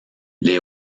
les